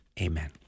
Amen